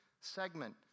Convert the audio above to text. segment